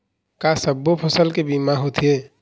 का सब्बो फसल के बीमा होथे?